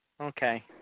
Okay